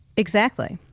exactly,